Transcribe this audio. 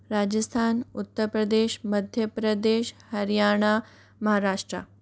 Rajasthan Uttar Pradesh Madhya Pradesh Haryana Maharashtra